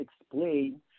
explain